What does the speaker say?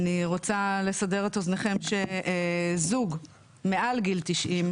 אני רוצה לסבר את אוזנכם ולומר שזו מעל גיל 90,